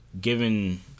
given